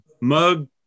mug